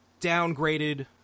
downgraded